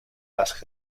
las